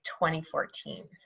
2014